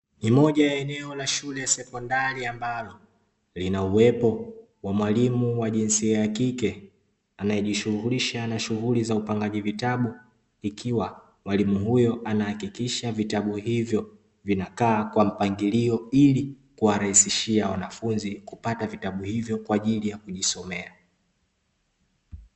Ni moja ya eneo la shule ya sekondari ambalo lina uwepo wa mwalimu wa jinsia ya kike anayejishughulisha na shughuli za upangaji vitabu, ikiwa mwalimu huyo anahakikisha vitabu hivyo vinakaa kwa mpangilio ili kuwa rahisishia wanafunzi kupata vitabu hivyo kwa ajili ya kujisomea.